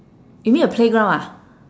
you mean a playground ah